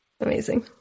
Amazing